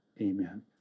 Amen